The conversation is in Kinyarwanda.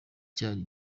cyari